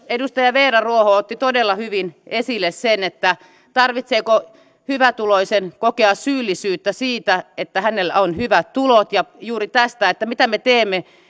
edustaja veera ruoho otti todella hyvin esille että tarvitseeko hyvätuloisen kokea syyllisyyttä siitä että hänellä on hyvät tulot ja juuri sen että mitä me teemme